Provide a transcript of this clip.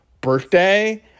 birthday